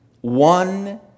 one